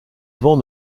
vent